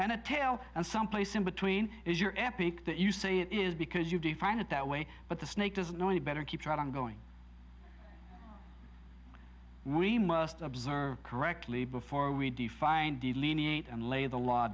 and a tail and someplace in between is your epic that you say it is because you define it that way but the snake doesn't know any better keep right on going we must observe correctly before we define delineate and lay the law